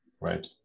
Right